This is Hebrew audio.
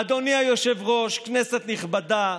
אדוני היושב-ראש, כנסת נכבדה,